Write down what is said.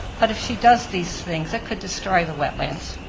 but if she does these things, it could destroy the wetlands.